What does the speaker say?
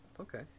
Okay